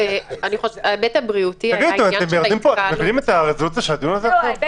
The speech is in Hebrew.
תגידו, אתם מבינים את הרזולוציה של הדיון הזה פה?